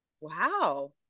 wow